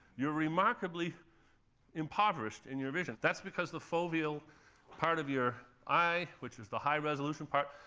you're remarkably impoverished in your vision. that's because the foveal part of your eye, which is the high-resolution part,